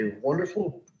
wonderful